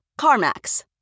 CarMax